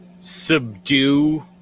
subdue